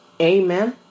Amen